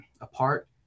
Apart